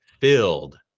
filled